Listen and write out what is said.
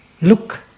look